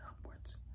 upwards